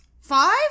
Five